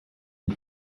les